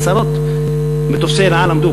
עשרות מטוסי "אל על" עמדו,